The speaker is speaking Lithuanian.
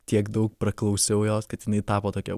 tiek daug praklausiau jos kad jinai tapo tokia